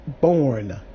born